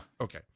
Okay